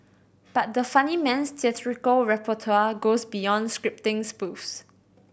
but the funnyman's theatrical repertoire goes beyond scripting spoofs